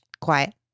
quiet